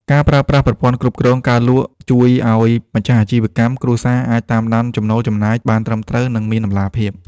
ការប្រើប្រាស់ប្រព័ន្ធគ្រប់គ្រងការលក់ ជួយឱ្យម្ចាស់អាជីវកម្មគ្រួសារអាចតាមដានចំណូលចំណាយបានត្រឹមត្រូវ និងមានតម្លាភាព។